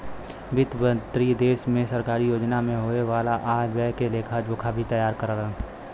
वित्त मंत्री देश में सरकारी योजना में होये वाला आय व्यय के लेखा जोखा भी तैयार करेलन